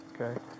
Okay